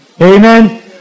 Amen